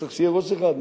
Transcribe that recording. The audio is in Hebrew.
צריך שיהיה ראש אחד,